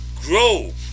grow